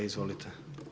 Izvolite.